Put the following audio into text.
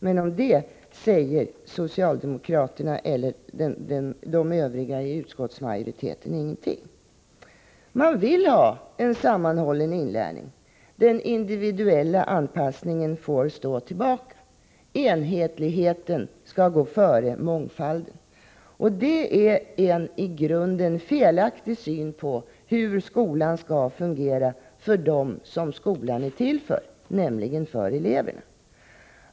Men om det säger socialdemokraterna och de övriga i utskottsmajoriteten ingenting. Man vill ha en sammanhållen inlärning. Den individuella anpassningen får stå tillbaka. Enhetligheten skall gå före mångfalden. Det är en i grunden felaktig syn på hur skolan skall fungera för dem som skolan är till för, nämligen eleverna.